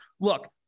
look